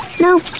No